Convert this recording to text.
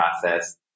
process